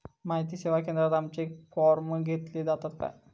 माहिती सेवा केंद्रात आमचे फॉर्म घेतले जातात काय?